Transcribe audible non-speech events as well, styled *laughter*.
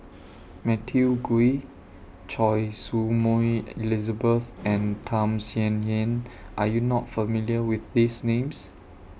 *noise* Matthew Ngui Choy Su Moi Elizabeth and Tham Sien Yen Are YOU not familiar with These Names